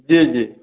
जी जी